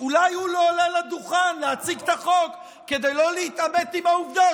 אולי הוא לא עולה לדוכן להציג את החוק כדי לא להתעמת עם העובדה